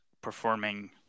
performing